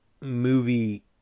movie